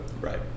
Right